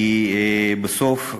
כי בסוף,